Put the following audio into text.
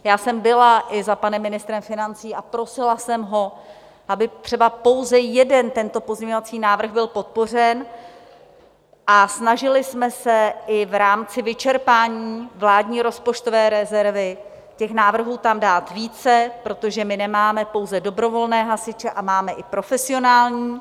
Já jsem byla i za panem ministrem financí a prosila jsem ho, aby třeba pouze jeden tento pozměňovací návrh byl podpořen, a snažili jsme se i v rámci vyčerpání vládní rozpočtové rezervy těch návrhů tam dát více, protože my nemáme pouze dobrovolné hasiče, máme i profesionální.